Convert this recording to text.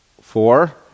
four